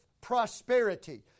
prosperity